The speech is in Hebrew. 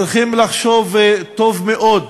צריכים לחשוב טוב מאוד